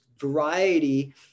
variety